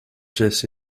jesse